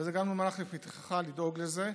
וזה גם מונח לפתחך לדאוג לזה.